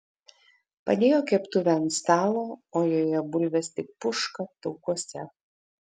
padėjo keptuvę ant stalo o joje bulvės tik puška taukuose